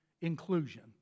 inclusion